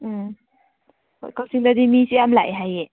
ꯎꯝ ꯍꯣꯏ ꯀꯥꯛꯆꯤꯡꯗꯗꯤ ꯃꯤꯁꯤ ꯌꯥꯝ ꯂꯥꯛꯑꯦ ꯍꯥꯏꯌꯦ